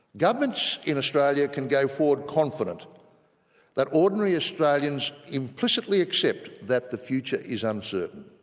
governments in australia can go forward confident that ordinary australians implicitly accept that the future is uncertain,